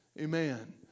Amen